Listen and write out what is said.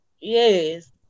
Yes